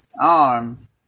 arm